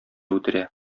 үтерә